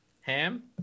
Ham